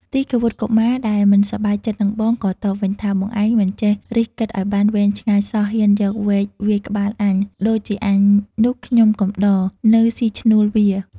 ទីឃាវុត្ត កុមារ ដែលមិនសប្បាយចិត្តនឹងបង ក៏តបវិញថា បងឯងមិនចេះរិះគិតឱ្យបានវែងឆ្ងាយសោះ ហ៊ានយកវែកវាយក្បាលអញ ដូចជាអញនោះខ្ញុំកំដរ នៅស៊ីឈ្នួលវា"។